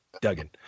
Duggan